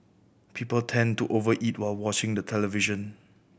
people tend to over eat while watching the television